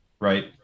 Right